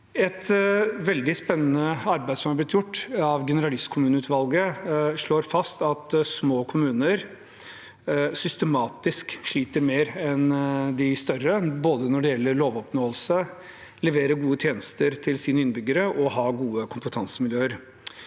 Et veldig spennende arbeid som er blitt gjort av generalistkommuneutvalget, slår fast at små kommuner systematisk sliter mer enn de større, når det gjelder både lovoppnåelse, å levere gode tjenester til sine innbyggere og å ha gode kompetansemiljøer.